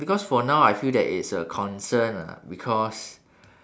because for now I feel that it's a concern ah because